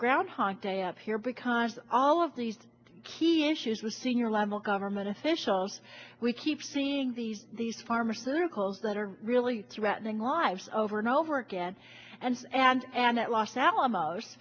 groundhog day up here because all of these key issues with senior level government officials we keep seeing these these pharmaceuticals that are really threatening lives over and over again and and and at los alamos